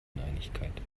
uneinigkeit